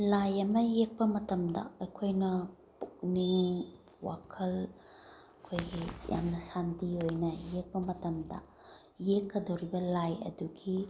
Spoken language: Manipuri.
ꯂꯥꯏ ꯑꯃ ꯌꯦꯛꯄ ꯃꯇꯝꯗ ꯑꯩꯈꯣꯏꯅ ꯄꯨꯛꯅꯤꯡ ꯋꯥꯈꯜ ꯑꯩꯈꯣꯏꯒꯤ ꯌꯥꯝꯅ ꯁꯥꯟꯇꯤ ꯑꯣꯏꯅ ꯌꯦꯛꯄ ꯃꯇꯝꯗ ꯌꯦꯛꯀꯗꯣꯔꯤꯕ ꯂꯥꯏ ꯑꯗꯨꯒꯤ